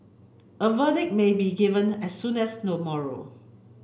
a verdict may be given as soon as tomorrow